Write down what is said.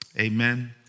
Amen